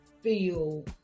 feel